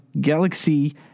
Galaxy